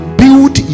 build